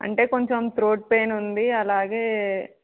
అంటే కొంచెం throat pain ఉంది అలాగే